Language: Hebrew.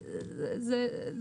אני אומרת שוב,